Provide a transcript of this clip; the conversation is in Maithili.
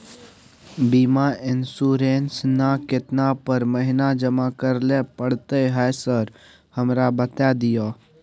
बीमा इन्सुरेंस ना केतना हर महीना जमा करैले पड़ता है सर हमरा बता दिय?